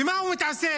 במה הוא מתעסק?